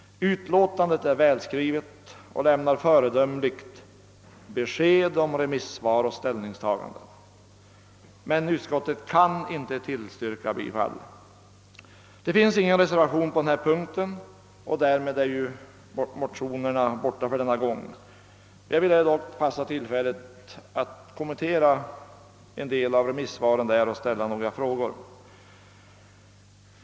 Utlåtandet är välskrivet och lämnar föredömligt besked om remisssvar och ställningstaganden. Utskottet kan emellertid inte tillstyrka bifall till motionerna. Det finns ingen reservation på denna punkt, och därmed är motionerna borta för denna gång. Jag vill dock passa på tillfället att kommentera en del av remissvaren och ställa några frågor.